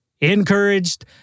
encouraged